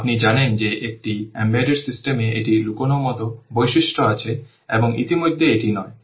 আপনি জানেন যে একটি এমবেডেড সিস্টেমে এটি লুকানো মত বৈশিষ্ট্য আছে এবং ইত্যাদি এটি নয়